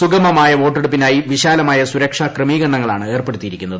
സുഗമമായ വോട്ടെടുപ്പിനായി വിശാലമായ സുരക്ഷാ ക്രമീകരണങ്ങളാണ് ഏർപ്പെടുത്തിയിരിക്കുന്നത്